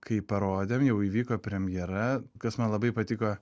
kaip parodėm jau įvyko premjera kas man labai patiko